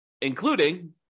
including